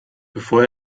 bevor